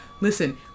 Listen